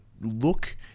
look